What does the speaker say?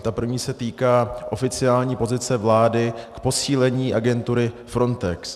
Ta první se týká oficiální pozice vlády k posílení agentury Frontex.